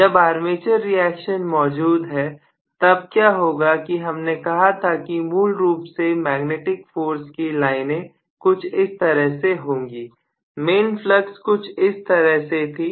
जब armature reaction मौजूद है तब क्या होगा कि हमने कहा था कि मूल रूप से मैग्नेटिक फोर्स की लाइनें कुछ इस तरह से होंगी मेन फ्लक्स कुछ इस तरह से थी